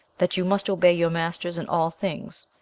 that you must obey your masters in all things,